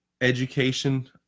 education